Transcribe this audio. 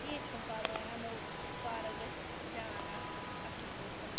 کیٚنٛہہ چھُنہٕ پَرواے اَنو پارَک گژھِ جان آسٕنۍ اَصٕل پٲٹھۍ